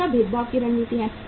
दूसरा भेदभाव की रणनीति है